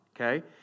okay